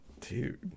Dude